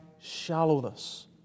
shallowness